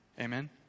Amen